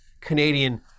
Canadian